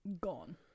gone